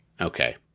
Okay